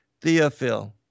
Theophil